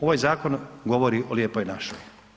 Ovaj zakon govori o Lijepoj našoj.